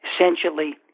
essentially